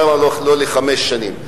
למה לא לחמש שנים.